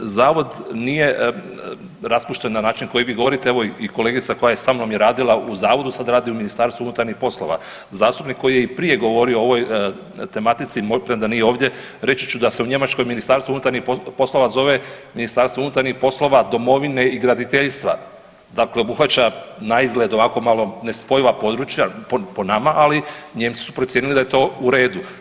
Zavod nije raspušten na način koji vi govorite, evo i kolegica koja je sa mnom i radila u zavodu sad radi u MUP-u, zastupnik koji je i prije govorio o ovoj tematici, premda nije ovdje, reći ću da se u Njemačkoj ministarstvo unutarnjih poslova zove Ministarstvo unutarnjih poslova, domovine i graditeljstva dakle obuhvaća naizgled ovako malo nespojiva područja po nama, li Nijemci su procijenili da je to u redu.